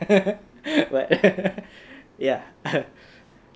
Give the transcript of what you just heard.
ya